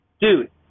dude